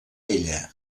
ella